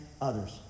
others